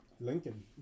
Lincoln